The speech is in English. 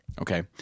Okay